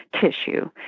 tissue